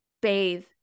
bathe